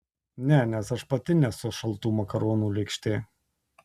ne nes aš pati nesu šaltų makaronų lėkštė